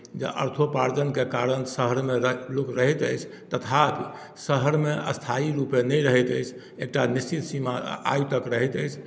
जे अर्थोपार्जनके कारण शहरमे लोक रहैत अछि तथापि शहरमे स्थायी रूपे नहि रहैत अछि एकता निश्चित्त सीमा आय तक रहैत अछि